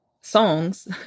songs